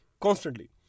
constantly